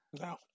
No